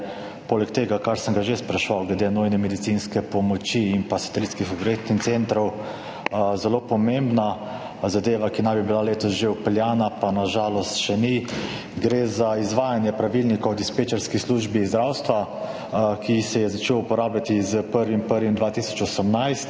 poleg tega, kar sem ga že spraševal glede nujne medicinske pomoči in pa satelitskih urgentnih centrov, zelo pomembna zadeva, ki naj bi bila letos že vpeljana, pa na žalost še ni. Gre za izvajanje Pravilnika o dispečerski službi zdravstva, ki se je začel uporabljati s 1. 1. 2018.